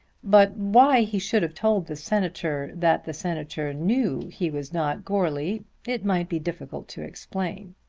but why he should have told the senator that the senator knew he was not goarly it might be difficult to explain.